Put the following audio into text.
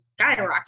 skyrocket